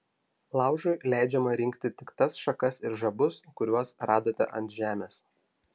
laužui leidžiama rinkti tik tas šakas ir žabus kuriuos radote ant žemės